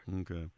Okay